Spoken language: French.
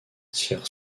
tirent